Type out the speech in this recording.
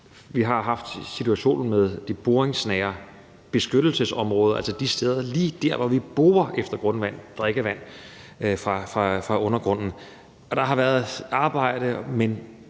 Vi har haft situationen med de boringsnære beskyttelsesområder, altså de steder lige der, hvor vi borer efter drikkevand fra undergrunden. Der har været et arbejde, men